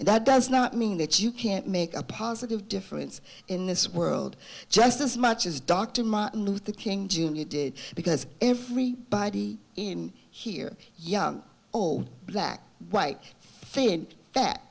and that does not mean that you can't make a positive difference in this world just as much as dr martin luther king jr did because every body in here young old black white thin